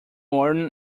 warden